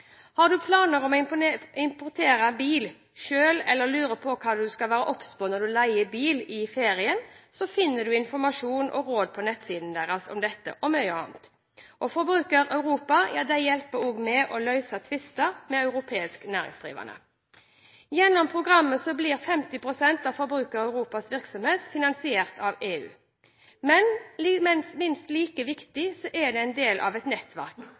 Har du planer om å importere bil selv eller lurer på hva du skal være obs på når du leier bil i ferien, finner du informasjon og råd om dette og mye annet på nettsidene deres. Forbruker Europa hjelper også med å løse tvister med europeiske næringsdrivende. Gjennom programmet blir 50 pst. av Forbruker Europas virksomhet finansiert av EU. Men minst like viktig er de en del av et